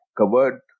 covered